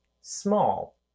small